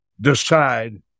Decide